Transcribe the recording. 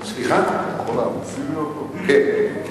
כן.